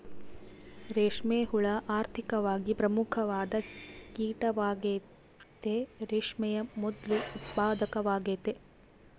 ರೇಷ್ಮೆ ಹುಳ ಆರ್ಥಿಕವಾಗಿ ಪ್ರಮುಖವಾದ ಕೀಟವಾಗೆತೆ, ರೇಷ್ಮೆಯ ಮೊದ್ಲು ಉತ್ಪಾದಕವಾಗೆತೆ